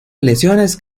lesiones